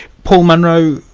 paul munro,